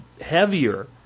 heavier